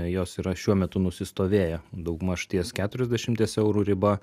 jos yra šiuo metu nusistovėję daugmaž ties keturiasdešimties eurų riba